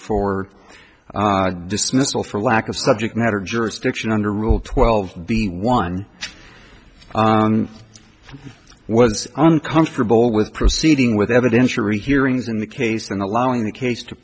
for dismissal for lack of subject matter jurisdiction under rule twelve b one was uncomfortable with proceeding with evidence or hearings in the case and allowing the case to